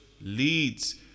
leads